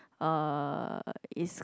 uh is